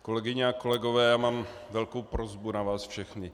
Kolegyně a kolegové já mám velkou prosbu na vás všechny.